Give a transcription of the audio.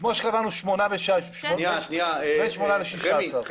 כמו שקבענו שמונה ו-16, בין שמונה ל-16.